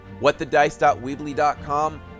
whatthedice.weebly.com